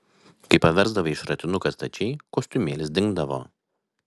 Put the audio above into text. kai paversdavai šratinuką stačiai kostiumėlis dingdavo